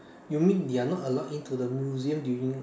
you mean you're not allowed into the museum during